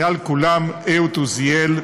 מעל כולם: אהוד עוזיאל,